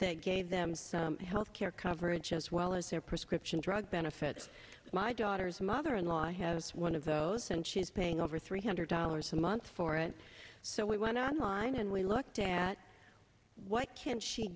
that gave them health care coverage as well as their prescription drug benefit my daughter's mother in law has one of those and she is paying over three hundred dollars a month for it so we want to live and we looked at what can she